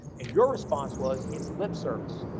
and your response was its lip service,